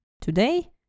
Today